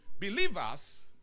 Believers